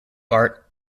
bart